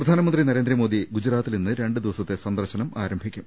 പ്രധാനമന്ത്രി നരേന്ദ്രമോദി ഗുജറാത്തിൽ ഇന്ന് രണ്ടു ദിവസത്തെ സന്ദർശനം ആരംഭിക്കും